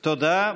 תודה.